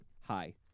hi